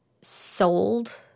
sold